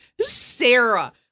Sarah